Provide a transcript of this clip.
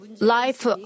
life